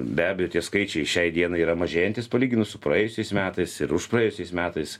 be abejo tie skaičiai šiai dienai yra mažėjantys palyginus su praėjusiais metais ir už praėjusiais metais